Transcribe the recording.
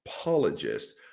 apologist